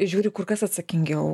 žiūri kur kas atsakingiau